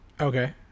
Okay